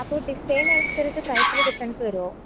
അപ്പോള് ഡിസൈന് അനുസരിച്ച് പ്രൈസില് ഡിഫ്രൻസ് വരുമോ